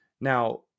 Now